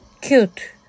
Cute